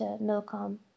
Milcom—